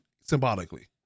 symbolically